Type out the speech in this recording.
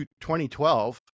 2012